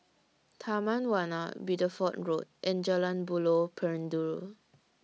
Taman Warna Bideford Road and Jalan Buloh Perindu